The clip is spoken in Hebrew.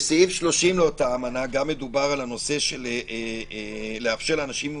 בסעיף 30 לאותה אמנה מדובר על להבטיח שלאנשים עם